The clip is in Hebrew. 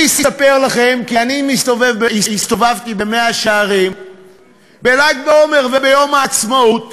אני אספר לכם כי אני הסתובבתי במאה-שערים בל"ג בעומר וביום העצמאות